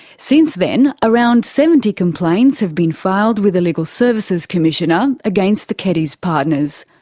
since then, around seventy complaints have been filed with the legal services commissioner against the keddies partners.